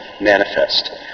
manifest